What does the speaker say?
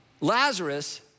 Lazarus